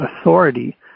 authority